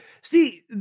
See